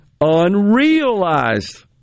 unrealized